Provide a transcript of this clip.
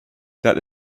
that